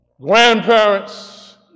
grandparents